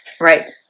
Right